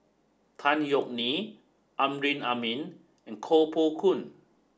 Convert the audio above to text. Tan Yeok Nee Amrin Amin and Koh Poh Koon